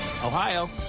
Ohio